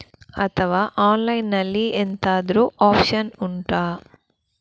ಅಥವಾ ಆನ್ಲೈನ್ ಅಲ್ಲಿ ಎಂತಾದ್ರೂ ಒಪ್ಶನ್ ಉಂಟಾ